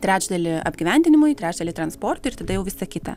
trečdalį apgyvendinimui trečdalį transportui ir tada jau visa kita